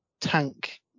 tank